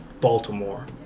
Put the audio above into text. Baltimore